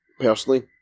personally